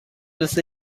مثل